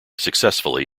successfully